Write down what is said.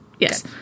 Yes